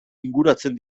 inguratzen